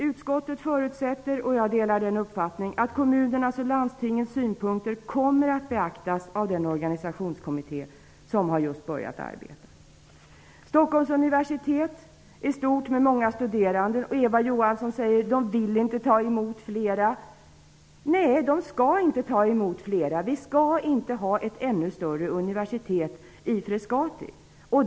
Utskottet förutsätter -- och jag delar den uppfattningen -- att kommunernas och landstingets synpunkter kommer att beaktas av den organisationskommitté som just har börjat arbeta. Stockholms universitet är stort, med många studerande. Eva Johansson säger att man inte vill ta emot flera studerande. Nej, man skall inte ta emot flera. Vi skall inte ha ett ännu större universitet i Frescati.